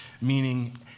meaning